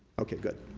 okay, good.